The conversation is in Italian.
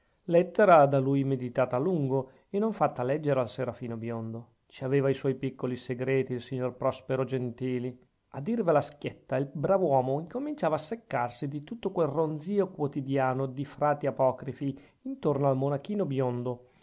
lettera da lui meditata a lungo e non fatta leggere al serafino biondo ci aveva i suoi piccoli segreti il signor prospero gentili a dirvela schietta il brav'uomo incominciava a seccarsi di tutto quel ronzìo quotidiano di frati apocrifi intorno al monachino biondo